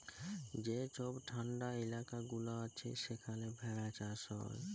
যে ছব ঠাল্ডা ইলাকা গুলা আছে সেখালে ভেড়া চাষ হ্যয়